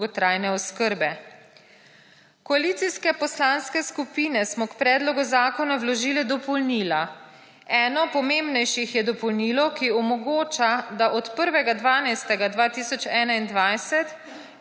dolgotrajne oskrbe. Koalicijska poslanske skupine smo k predlogu zakona vložile dopolnila. Eno pomembnejših je dopolnilo, ki omogoča, da od 1. 12. 2021